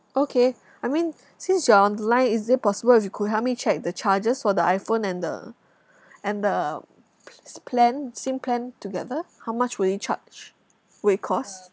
okay I mean since you are on the line is it possible if you could help me check the charges for the iphone and the and the plan SIM plan together how much will it charge will it cost